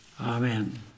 Amen